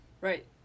right